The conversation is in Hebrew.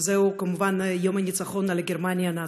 וזהו כמובן יום הניצחון על גרמניה הנאצית.